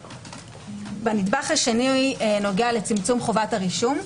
הנדבך השני נוגע לצמצום חובת הרישום.